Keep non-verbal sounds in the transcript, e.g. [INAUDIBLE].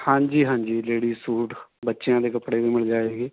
ਹਾਂਜੀ ਹਾਂਜੀ ladies suit ਬੱਚਿਆਂ ਦੇ ਕੱਪੜੇ ਵੀ ਮਿਲ ਜਾਏ [UNINTELLIGIBLE]